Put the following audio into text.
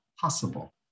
possible